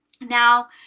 now